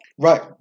right